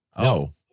No